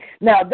Now